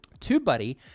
TubeBuddy